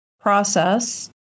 process